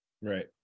right